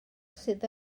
sydd